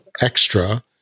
extra